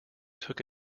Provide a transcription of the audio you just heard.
took